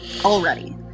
already